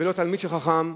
ולא תלמיד של חכם,